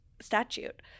statute